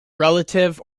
relative